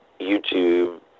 YouTube